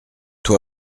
toi